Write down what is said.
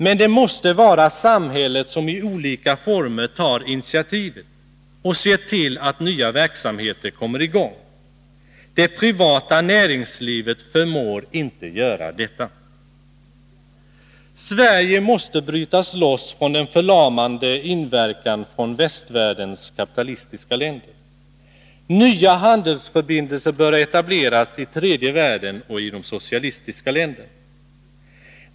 Men det måste vara samhället som i olika former tar initiativet och ser till att nya verksamheter kommer i gång. Det privata näringslivet förmår inte göra det. Sverige måste brytas loss från den förlamande inverkan från västvärldens kapitalistiska länder. Nya handelsförbindelser bör etableras i tredje världen och i de socialistiska länderna.